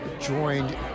joined